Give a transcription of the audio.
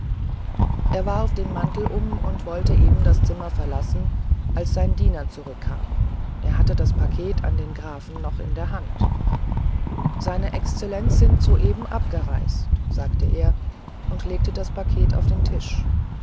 er warf den mantel um und wollte eben das zimmer verlassen als sein diener zurückkam er hatte das paket an den grafen noch in der hand seine exzellenz sind soeben abgereist sagte er und legte das paket auf den tisch